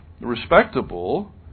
respectable